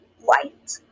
white